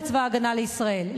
לצבא-הגנה לישראל,